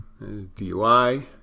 DUI